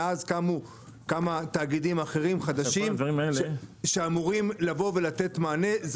מאז קמו כמה תאגידים חדשים, שאמורים לתת מענה.